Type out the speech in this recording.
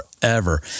forever